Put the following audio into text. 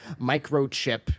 microchip